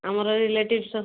ଆମର ରିଲେଟିଭସ୍